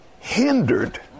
hindered